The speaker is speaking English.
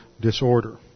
disorder